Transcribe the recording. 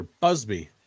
Busby